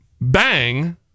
bang